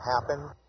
Happen